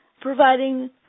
providing